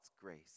grace